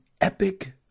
Epic